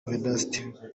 vedaste